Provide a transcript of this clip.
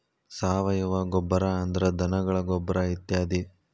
ಸಾವಯುವ ಗೊಬ್ಬರಾ ಅಂದ್ರ ಧನಗಳ ಗೊಬ್ಬರಾ ಇತ್ಯಾದಿ